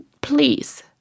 please